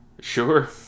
Sure